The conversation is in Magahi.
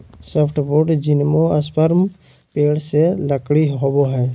सॉफ्टवुड जिम्नोस्पर्म पेड़ से लकड़ी होबो हइ